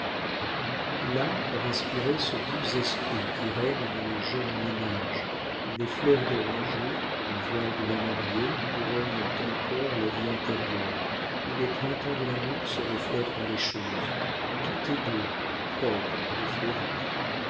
là respirait ce doux esprit qui règne dans les jeunes ménages où les fleurs d'oranger le voile de la mariée couronnent encore la vie intérieure où le printemps de l'amour se reflète dans les choses où tout est blanc propre et fleuri